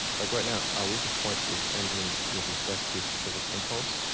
like right now, our weakest point is engines with respect to specific impulse,